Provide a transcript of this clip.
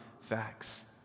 facts